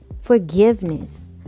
forgiveness